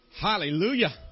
Hallelujah